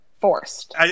Forced